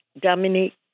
Dominique